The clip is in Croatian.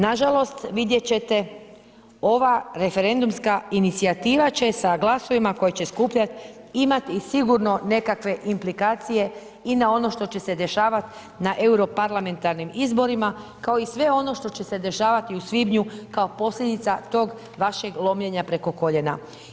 Nažalost vidjet ćete ova referendumska inicijativa će sa glasovima koje će skupljat imati i sigurno nekakve implikacije i na ono što će se dešavat na europarlamentarnim izborima kao i sve ono što će se dešavati u svibnju kao posljedica tog vašeg lomljenja preko koljena.